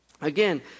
Again